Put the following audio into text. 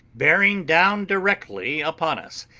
bearing down directly upon us.